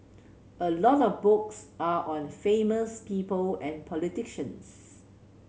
a lot of books are on famous people and politicians